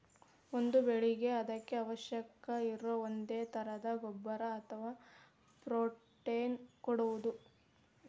ಒಂದ ಬೆಳಿಗೆ ಅದಕ್ಕ ಅವಶ್ಯಕ ಇರು ಒಂದೇ ತರದ ಗೊಬ್ಬರಾ ಅಥವಾ ಪ್ರೋಟೇನ್ ಕೊಡುದು